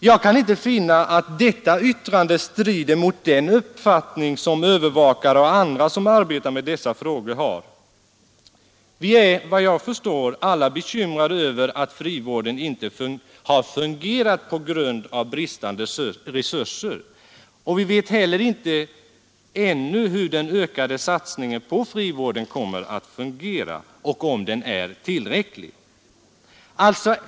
Jag kan inte finna att detta yttrande strider mot den uppfattning som övervakare och andra som arbetar med dessa frågor har. Vi är, vad jag förstår, alla bekymrade över att frivården inte fungerat på grund av bristande resurser. Vi vet heller ännu inte hur den ökade satsningen på frivården kommer att fungera och om den är tillräcklig.